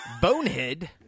Bonehead